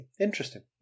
Interesting